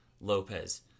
Lopez